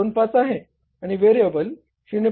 25 आहे व्हेरिएबल 0